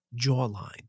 jawline